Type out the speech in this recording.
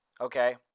okay